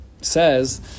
says